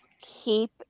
keep